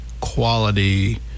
quality